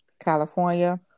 California